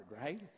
right